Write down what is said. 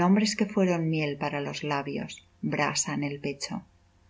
nombres que fueron miel para los labios brasa en el pecho así bajo los